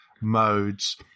modes